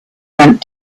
went